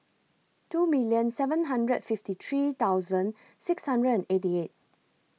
two million seven hundred fifty three thousand six hundred and eighty eight